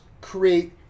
create